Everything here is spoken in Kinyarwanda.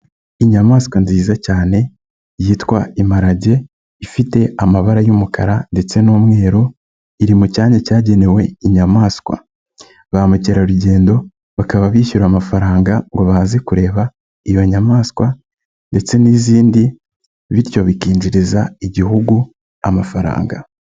Inyamaswa nziza cyane yitwa imparage, ifite amabara y'umukara ndetse n'umweru, iri mu cyanya cyagenewe inyamaswa, ba mukerarugendo bakaba bishyura amafaranga ngo baze kureba iyo nyamaswa ndetse n'izindi, bityo bikinjiriza Igihugu amafaranga.